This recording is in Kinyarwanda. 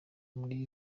muri